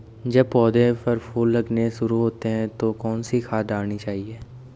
जब पौधें पर फूल लगने शुरू होते हैं तो कौन सी खाद डालनी चाहिए?